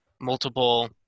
multiple